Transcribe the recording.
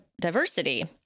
diversity